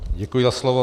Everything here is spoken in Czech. Děkuji za slovo.